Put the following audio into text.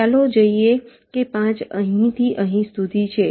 ચાલો જોઈએ કે 5 અહીંથી અહીં સુધી છે